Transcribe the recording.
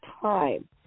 time